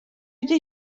ydy